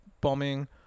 bombing